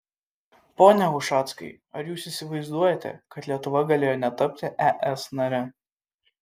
pone ušackai ar jūs įsivaizduojate kad lietuva galėjo netapti es nare